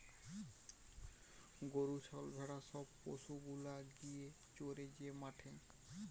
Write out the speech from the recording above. গরু ছাগল ভেড়া সব পশু গুলা গিয়ে চরে যে মাঠে